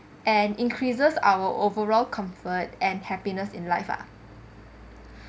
and increases our overall comfort and happiness in life